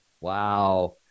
wow